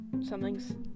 something's